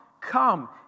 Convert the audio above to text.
come